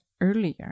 earlier